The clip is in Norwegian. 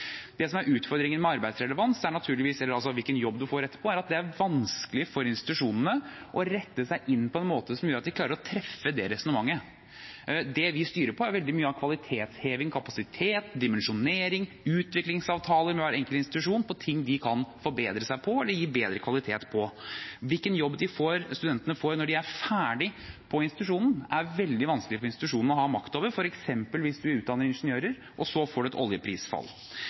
Det som er utfordringen med arbeidsrelevans, altså hvilken jobb man får etterpå, er at det er vanskelig for institusjonene å rette seg inn på en måte som gjør at de klarer å treffe det resonnementet. Det vi styrer på, er veldig mye av kvalitetsheving, kapasitet, dimensjonering og utviklingsavtaler med hver enkelt institusjon når det gjelder ting de kan forbedre seg eller gi bedre kvalitet på. Hvilken jobb studentene får når de er ferdig på institusjonen, er veldig vanskelig for institusjonene å ha makt over – f.eks. hvis vi utdanner ingeniører og så får et oljeprisfall.